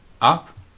up